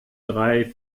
drei